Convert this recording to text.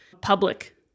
public